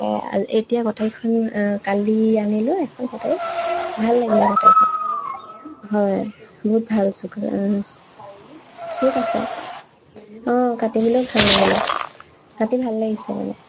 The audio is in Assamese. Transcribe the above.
এতিয়া কটাৰীখন কালি আনিলোঁ এখন কটাৰী ভাল লাগিলে কটাৰীখন হয় বহুত ভাল চোক চোক আছে অঁ কাটিবলেও ভাল লাগিলে কাটি ভাল লাগিছে মানে